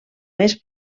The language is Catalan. més